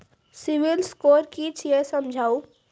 Civil score कि छियै समझाऊ?